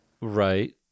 Right